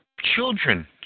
children